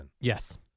Yes